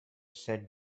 said